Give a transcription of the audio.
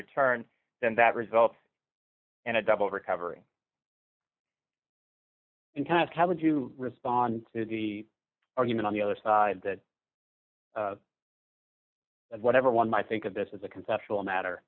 return then that result in a double recovery in kind of how would you respond to the argument on the other side that whatever one might think of this is a conceptual matter